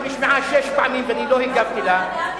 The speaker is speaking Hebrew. שנשמעה שש פעמים ואני לא הגבתי עליה,